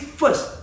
first